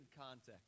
context